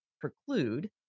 preclude